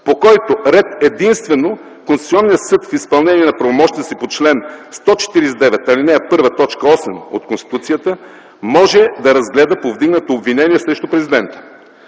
по който ред единствено Конституционният съд в изпълнение на правомощията си по чл. 149, ал. 1, т. 8 от Конституцията може да разгледа повдигнато обвинение срещу президента.